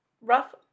rough